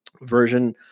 version